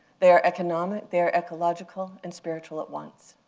they are economic. they are ecological and spiritual at once.